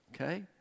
okay